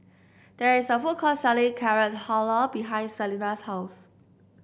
there is a food court selling Carrot Halwa behind Salena's house